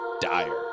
dire